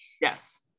yes